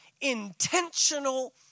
intentional